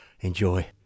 enjoy